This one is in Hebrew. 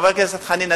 חבר הכנסת חנין,